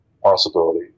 possibility